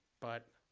but